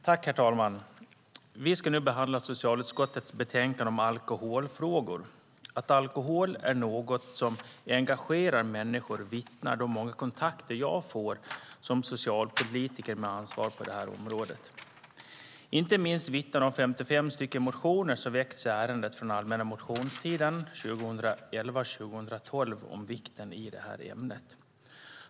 Herr talman! Vi ska nu behandla socialutskottets betänkande om alkoholfrågor. Att alkohol är något som engagerar människor vittnar de många kontakter jag, som socialpolitiker med ansvar för det här området, får om. Inte minst vittnar de 55 motionsyrkandena i ärendet från den allmänna motionstiden 2011 och 2012 om vikten av det här ämnet.